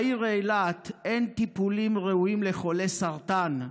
בעיר אילת אין טיפולים ראויים לחולי סרטן,